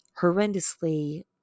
horrendously